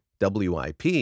WIP